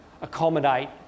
accommodate